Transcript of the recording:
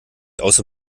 außer